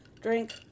drink